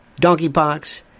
donkeypox